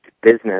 business